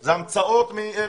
אלה המצאות.